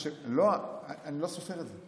אני לא סופר את זה.